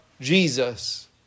Jesus